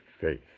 faith